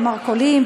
מרכולים,